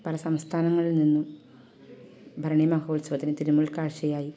പല സംസ്ഥാനങ്ങളിൽ നിന്നും ഭരണീ മഹോത്സവത്തിന് തിരുമുൽ കാഴ്ച്ചയായി